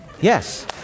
Yes